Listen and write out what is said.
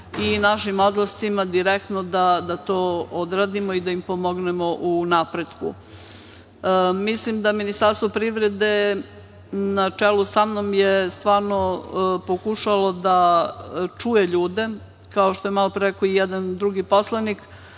i našim odlascima direktno da to odradimo i da im pomognemo u napretku. Mislim da Ministarstvo privrede na čelu sa mnom je stvarno pokušalo da čuje ljude, kao što je malopre rekao i jedan drugi poslanik,